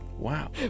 Wow